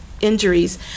injuries